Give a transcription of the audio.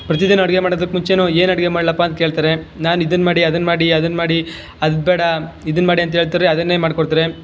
ಪ್ರತಿದಿನ ಅಡಿಗೆ ಮಾಡುದಕ್ಕೆ ಮುಂಚೇಯು ಏನು ಅಡಿಗೆ ಮಾಡಲಪ್ಪ ಅಂತ ಕೇಳ್ತಾರೆ ನಾನು ಇದನ್ನು ಮಾಡಿ ಅದನ್ನು ಮಾಡಿ ಅದನ್ನು ಮಾಡಿ ಅದು ಬೇಡ ಇದನ್ನು ಮಾಡಿ ಅಂತ ಹೇಳ್ತಾರೆ ಅದನ್ನೇ ಮಾಡಿಕೊಡ್ತಾರೆ